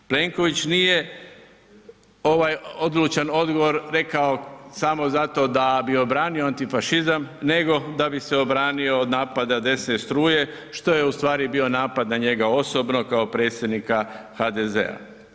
Plenković nije ovaj odlučan odgovor rekao samo zato da bi obranio antifašizam nego da bi se obranio od napada desne struke što je ustvari bio napad na njega osobno kao predsjednika HDZ-a.